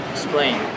Explain